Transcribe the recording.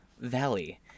Valley